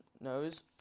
knows